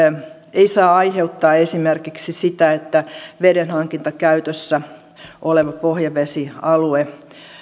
ei saa aiheuttaa esimerkiksi sitä että vedenhankintakäytössä oleva pohjavesialue